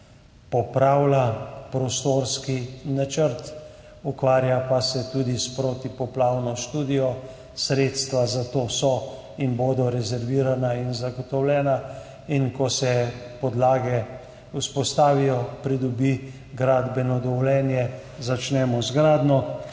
popravlja prostorski načrt, ukvarja pa se tudi s protipoplavno študijo. Sredstva za to so in bodo rezervirana in zagotovljena. Ko se podlage vzpostavijo, pridobi gradbeno dovoljenje, začnemo z gradnjo.